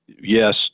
yes